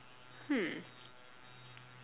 hmm